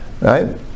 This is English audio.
Right